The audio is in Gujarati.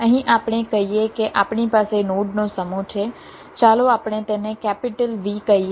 અહીં આપણે કહીએ કે આપણી પાસે નોડનો સમૂહ છે ચાલો આપણે તેને કેપિટલ V કહીએ